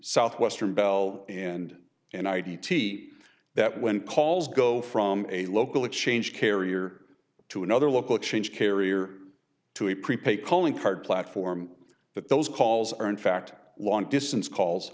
southwestern bell and an id t that when calls go from a local exchange carrier to another local exchange carrier to a prepaid calling card platform but those calls are in fact long distance calls